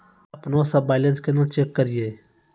अपनों से बैलेंस केना चेक करियै?